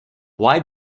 why